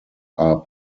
are